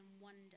wonder